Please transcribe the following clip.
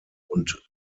und